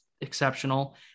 exceptional